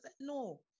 no